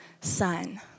son